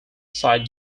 sight